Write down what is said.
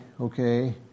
okay